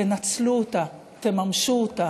תנצלו אותה, תממשו אותה.